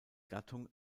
gattung